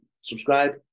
subscribe